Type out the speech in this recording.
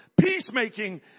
Peacemaking